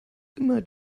immer